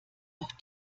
auch